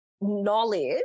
knowledge